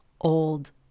old